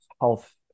health